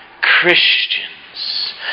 Christians